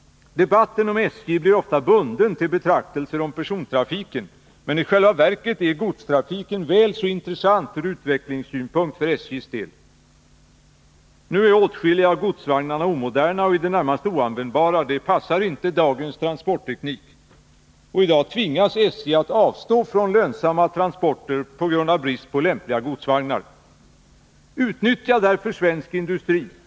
Debatten om SJ blir ofta bunden till betraktelser om persontrafiken, men i själva verket är godstrafiken väl så intressant ur utvecklingssynpunkt för SJ:s del. Nu är åtskilliga av godsvagnarna omoderna och i det närmaste oanvändbara. De passar inte dagens transportteknik. I Nr 51 dag tvingas SJ att avstå från lönsamma transporter på grund av brist på Tisdagen den lämpliga godsvagnar. Utnyttja därför svensk industri!